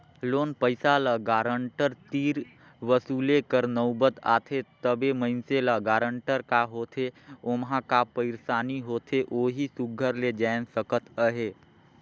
loan पइसा ल guarantor तीर वसूले कर नउबत आथे तबे मइनसे ल गारंटर का होथे ओम्हां का पइरसानी होथे ओही सुग्घर ले जाएन सकत अहे